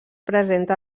presenta